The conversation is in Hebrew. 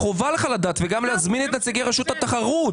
חובה עליך לדעת וגם להזמין את נציגי רשות התחרות.